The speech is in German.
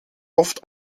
oft